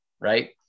Right